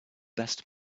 best